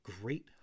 great